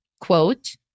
quote